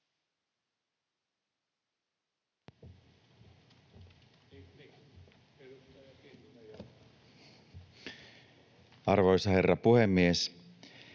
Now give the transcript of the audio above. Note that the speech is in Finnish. Arvoisa herra puhemies!